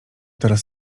teraz